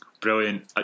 brilliant